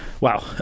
Wow